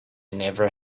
never